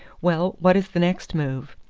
well, what is the next move?